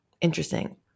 Interesting